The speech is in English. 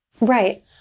Right